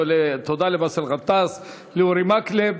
תודה לבאסל גטאס ולאורי מקלב.